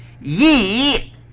Ye